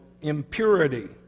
impurity